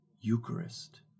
Eucharist